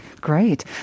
Great